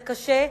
זה קשה,